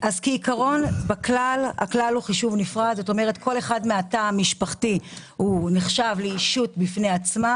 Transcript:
כל אחד מהתא המשפחתי נחשב ישות בפני עצמה